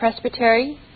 Presbytery